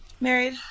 married